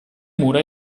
mura